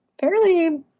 fairly